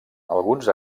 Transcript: alguns